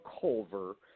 Culver